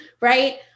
right